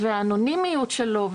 והאנונימיות שלו,